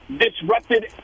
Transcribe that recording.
disrupted